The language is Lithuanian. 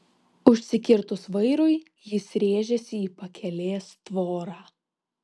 užsikirtus vairui jis rėžėsi į pakelės tvorą